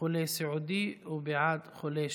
לחולה סיעודי ובעד חולה שנפטר).